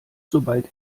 sobald